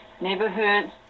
neighborhoods